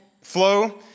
flow